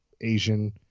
Asian